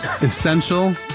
essential